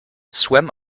swam